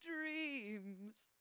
dreams